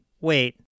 wait